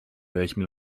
welchem